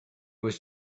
was